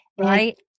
Right